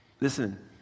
Listen